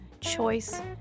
choice